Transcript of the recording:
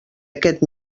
aquest